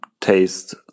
taste